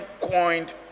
coined